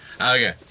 okay